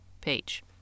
page